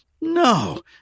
No